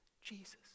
Jesus